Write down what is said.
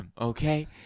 okay